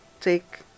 take